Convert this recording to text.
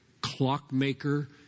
clockmaker